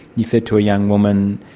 you said to a young woman,